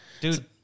dude